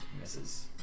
Misses